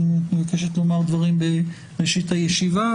באם מבקשת לומר דברים בראשית הישיבה,